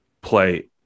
play